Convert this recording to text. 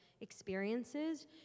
experiences